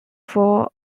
for